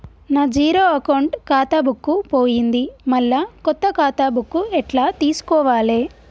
నా zero account ఖాతా book పోయింది మళ్ళా కొత్త ఖాతా బుక్కు ఎట్ల తీసుకోవాలే?